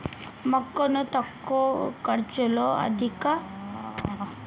మొక్కను తక్కువ కాలంలో అధిక పొడుగు పెంచవచ్చా పెంచడం ఎలా?